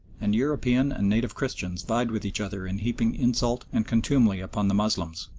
and european and native christians vied with each other in heaping insult and contumely upon the moslems.